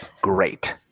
great